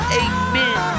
amen